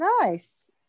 Nice